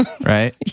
right